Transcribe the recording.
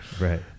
Right